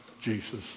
Jesus